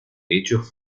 hechos